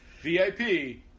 VIP